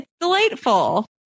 delightful